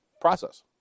process